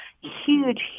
huge